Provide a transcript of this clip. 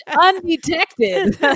undetected